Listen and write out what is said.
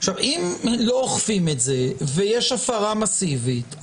אם לא אוכפים את זה ויש הפרה מסיבית,